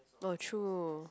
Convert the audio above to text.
oh true